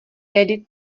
tedy